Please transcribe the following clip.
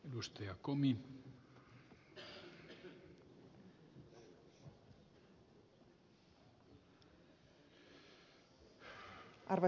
arvoisa herra puhemies